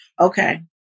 Okay